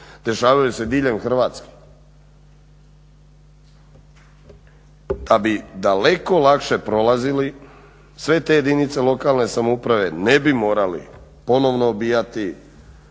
dešavaju se diljem Hrvatske. Da bi daleko lakše prolazili sve te jedinice lokalne samouprave ne bi morali ponovno obijati